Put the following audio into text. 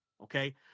okay